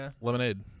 lemonade